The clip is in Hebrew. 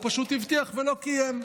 הוא פשוט הבטיח ולא קיים.